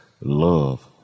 love